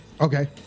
Okay